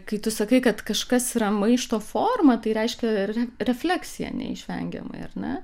kai tu sakai kad kažkas yra maišto forma tai reiškia ir re refleksija neišvengiamai ar ne